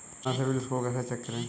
अपना सिबिल स्कोर कैसे चेक करें?